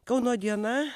kauno diena